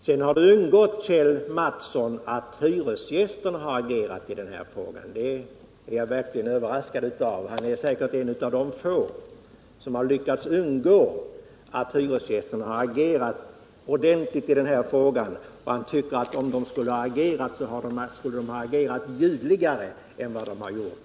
Det tycks vidare ha undgått Kjell Mattsson att hyresgästerna har agerat i den här frågan; jag blev verkligt överraskad av att han inte visste det. Han är säkert en av de få som har lyckats undgå att märka att hyresgästerna har agerat ordentligt i frågan. Han tycker också att om de skulle ha agerat, skulle de ha gjort det ljudligare än vad de har gjort.